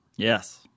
Yes